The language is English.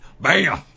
Bam